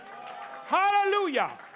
Hallelujah